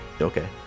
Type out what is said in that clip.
Okay